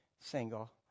single